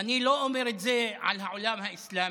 אני לא אומר את זה על העולם האסלאמי,